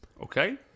Okay